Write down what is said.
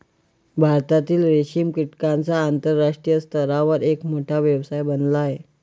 भारतातील रेशीम कीटकांचा आंतरराष्ट्रीय स्तरावर एक मोठा व्यवसाय बनला आहे